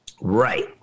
Right